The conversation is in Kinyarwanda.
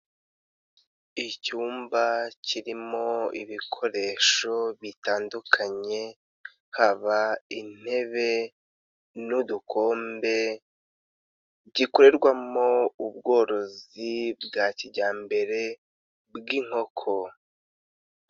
Icyumba kirimo ibikoresho bitandukanye haba intebe n'udukombe, gikorerwamo ubworozi bwa kijyambere bw'inkoko.